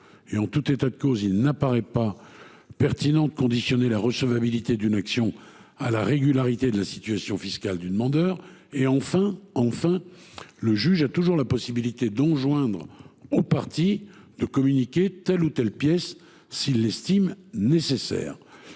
En tout état de cause, il n’apparaît pas pertinent de conditionner la recevabilité d’une action à la régularité de la situation fiscale du demandeur. Enfin, le juge a toujours la possibilité d’enjoindre aux parties de communiquer telle ou telle pièce s’il l’estime nécessaire.